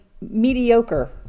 mediocre